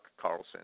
Carlson